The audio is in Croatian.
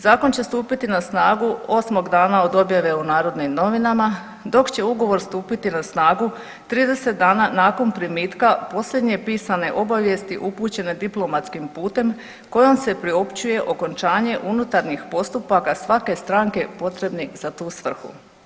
Zakon će stupiti na snagu 8. dana od objave u Narodnim novinama, dok će ugovor stupiti na snagu 30 dana nakon primitka posljednje pisane obavijesti upućene diplomatskim putem kojom se priopćuje okončanje unutarnjih postupaka svake stranke potrebnih za tu svrhu.